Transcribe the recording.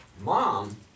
Mom